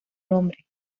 nombre